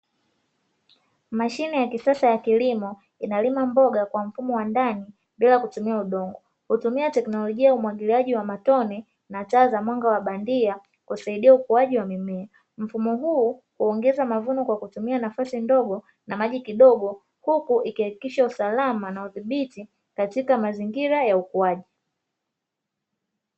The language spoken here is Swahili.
Mashine ya kisasa ya kilimo inalima mboga kwa mfumo wa ndani bila kutumia udongo, hutumia teknolojia ya umwagiliaji wa matone na taa za mwanga wa bandia kusaidia ukuaji wa mimea. Mfumo huu huongeza mavuno kwa kutumia nafasi ndogo na maji kidogo huku ikihakikisha usalama na udhibiti katika mazingira ya ukuaji.